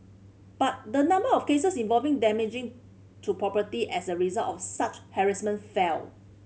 but the number of cases involving damage to property as a result of such harassment fell